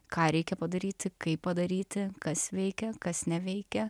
ką reikia padaryti kaip padaryti kas veikia kas neveikia